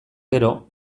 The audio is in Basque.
gero